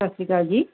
ਸਤਿ ਸ਼੍ਰੀ ਅਕਾਲ ਜੀ